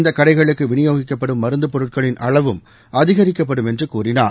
இந்தக் கடைகளுக்கு விநியோகிக்கப்படும் மருந்து பொருட்களின் அளவும் அதிகரிக்கப்படும் என்று கூறினார்